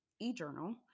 e-journal